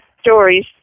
stories